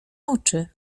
oczy